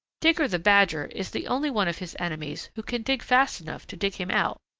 digger the badger is the only one of his enemies who can dig fast enough to dig him out,